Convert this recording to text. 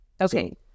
Okay